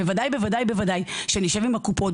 בוודאי ובוודאי שנשב עם הקופות,